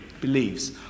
believes